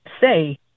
say